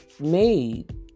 made